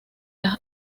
las